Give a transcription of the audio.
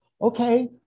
okay